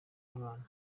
mwana